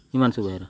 Himanshu Behera